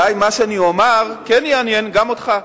אולי מה שאני אומר כן יעניין כמה אנשים, גם אותך.